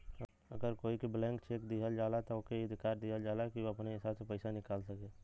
अगर कोई के ब्लैंक चेक दिहल जाला त ओके ई अधिकार दिहल जाला कि उ अपने हिसाब से पइसा निकाल सके